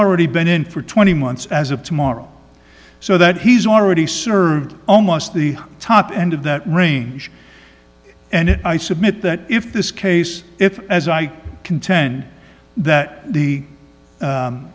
already been in for twenty months as of tomorrow so that he's already served almost the top end of that range and i submit that if this case if as i contend that the